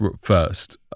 first